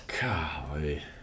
Golly